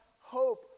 hope